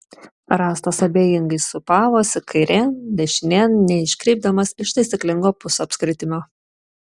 rąstas abejingai sūpavosi kairėn dešinėn neiškrypdamas iš taisyklingo pusapskritimio